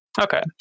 Okay